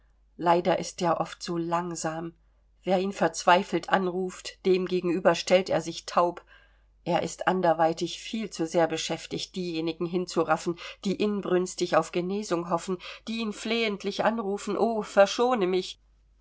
leider ist der oft so langsam wer ihn verzweifelt anruft dem gegenüber stellt er sich taub er ist anderweitig viel zu sehr beschäftigt diejenigen hinzuraffen die inbrünstig auf genesung hoffen die ihn flehentlich anrufen o verschone mich